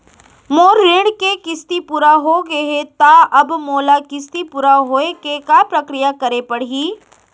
मोर ऋण के किस्ती पूरा होगे हे ता अब मोला किस्ती पूरा होए के का प्रक्रिया करे पड़ही?